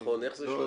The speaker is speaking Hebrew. נכון, איך זה 13.80?